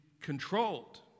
controlled